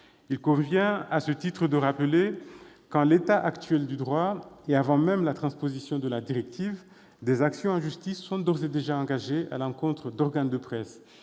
il convient de rappeler que, en l'état actuel du droit, et avant même la transposition de la directive, des actions en justice sont d'ores et déjà engagées à l'encontre d'organes de presse.